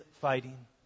fighting